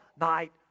night